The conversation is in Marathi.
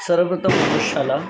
सर्व प्रथम शाला